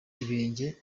ibenge